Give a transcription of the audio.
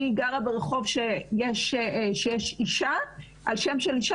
אני גרה ברחוב שיש אישה על שם של אישה,